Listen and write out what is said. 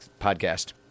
podcast